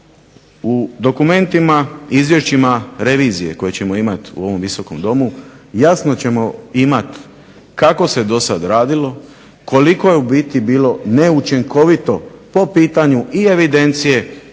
U dokumentima, izvješćima revizije koje ćemo imati u ovom Visokom domu jasno ćemo imati kako se do sada radilo, koliko je u biti bilo neučinkovito po pitanju i evidencije